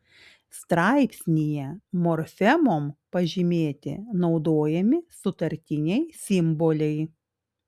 straipsnyje morfemom pažymėti naudojami sutartiniai simboliai